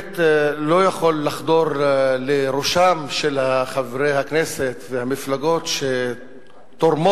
באמת לא יכול לחדור לראשם של חברי הכנסת והמפלגות שתורמים